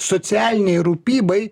socialinei rūpybai